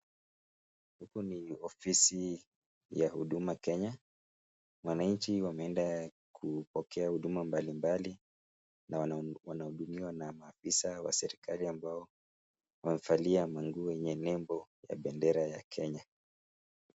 Huku ni ofisi ya Huduma Kenya. Wananchi wameenda kupokea huduma mbalimbali na wanahudumiwa na maafisa wa serikali ambao wamevalia manguo yenye nembo ya bendera ya Kenya.